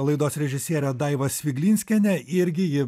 laidos režisierę daivą sviglinskienę irgi ji